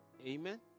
Amen